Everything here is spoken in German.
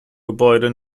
gebäude